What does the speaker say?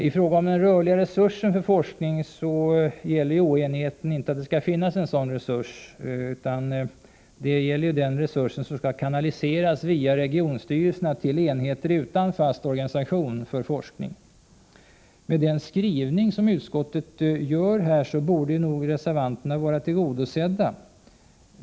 I fråga om den rörliga resursen för forskning är vi inte oense om att det skall finnas en sådan resurs, utan oenigheten gäller den resurs som via regionstyrelserna skall kanaliseras till enheter utan fast organisation för forskning. Med den skrivning som utskottet gör på denna punkt borde reservanterna vara tillgodosedda.